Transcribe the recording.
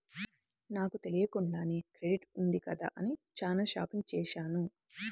నాకు తెలియకుండానే క్రెడిట్ ఉంది కదా అని చానా షాపింగ్ చేశాను